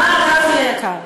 מר גפני היקר,